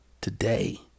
today